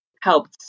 helped